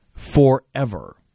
Forever